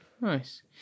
nice